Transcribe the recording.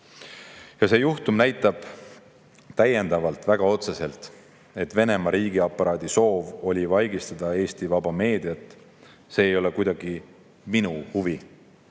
See juhtum näitab väga otseselt, et Venemaa riigiaparaadi soov oli vaigistada Eesti vaba meediat. See ei ole kuidagi minu huvi.